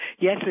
Yes